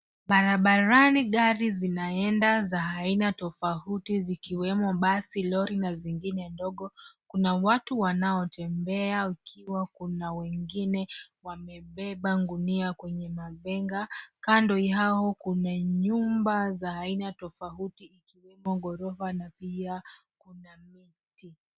Barabarani gari zinaenda za aina tofauti zikiwemo basi, lori na zingine ndogo. Kuna watu wanaotembea ukiwa kuna wengine wamebeba gunia kwenye mabega. Kando yao kuna nyumba za aina tofauti ikiwemo gorofa na pia kuna miti.